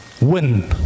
win